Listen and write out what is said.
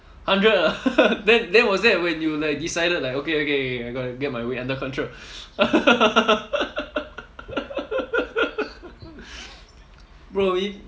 hundred ah then then was that when you like you decided like okay okay I got to get my weight under control bro